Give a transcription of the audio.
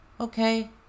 Okay